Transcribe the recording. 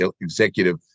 executive